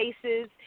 spaces